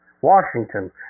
Washington